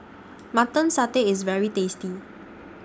Mutton Satay IS very tasty